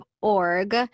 Org